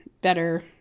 better